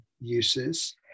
uses